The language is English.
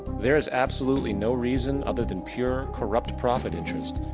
there is absolutely no reason, other than pure, corrupt profit interests,